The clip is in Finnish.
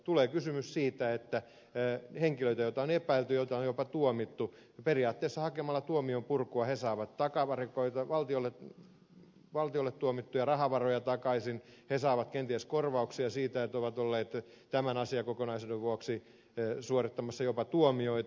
tulee kysymys siitä että henkilöt joita on epäilty joita on jopa tuomittu periaatteessa hakemalla tuomion purkua saavat valtiolle tuomittuja rahavaroja takaisin he saavat kenties korvauksia siitä että ovat olleet tämän asiakokonaisuuden vuoksi suorittamassa jopa tuomioita